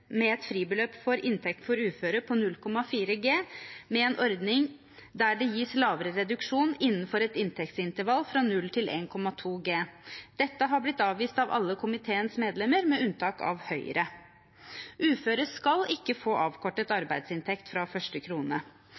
et fribeløp for inntekt for uføre på 0,4G med en ordning der det gis lavere reduksjon innenfor et inntektsintervall fra 0 til 1,2G. Dette har blitt avvist av alle komiteens medlemmer med unntak av Høyre. Uføre skal ikke få avkortet arbeidsinntekt fra første krone.